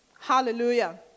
Hallelujah